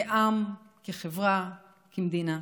כעם, כחברה, כמדינה.